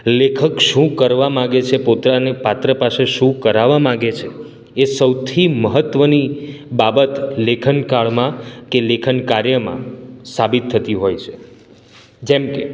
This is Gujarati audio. લેખક શું કરવા માગે છે પોતે અને પાત્ર પાસે શું કરાવવા માગે છે એ સૌથી મહત્ત્વની બાબત લેખનકાળમાં કે લેખન કાર્યમાં સાબિત થતી હોય છે જેમકે